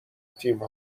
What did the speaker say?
تیم